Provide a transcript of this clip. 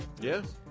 yes